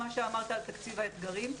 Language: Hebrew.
דיברת על תקציב האתגרים.